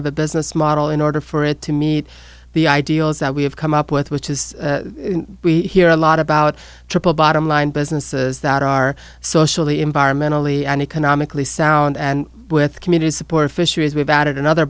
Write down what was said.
of a business model in order for it to meet the ideals that we have come up with which is we hear a lot about triple bottom line businesses that are socially environmentally and economically sound and with community support fisheries we've added another